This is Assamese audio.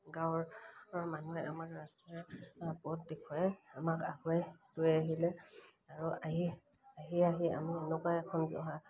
গাঁৱৰ মানুহে আমাৰ ৰাস্তাৰ পথ দেখুৱাই আমাক আগুৱাই লৈ আহিলে আৰু আহি আহি আহি আমি এনেকুৱা এখন জহা